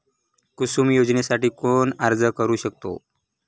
कुसुम योजनेसाठी कोण अर्ज करू शकतो?